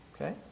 Okay